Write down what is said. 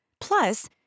Plus